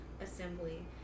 assembly